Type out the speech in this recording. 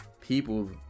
people